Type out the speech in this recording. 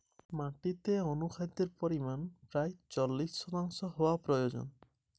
মাটিতে বিভিন্ন অনুখাদ্যের পরিমাণ কতটা হওয়া প্রয়োজন?